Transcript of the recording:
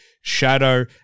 Shadow